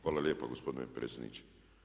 Hvala lijepo gospodine predsjedniče.